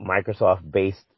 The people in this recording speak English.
microsoft-based